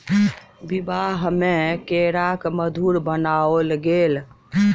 विवाह में केराक मधुर बनाओल गेल